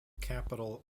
capital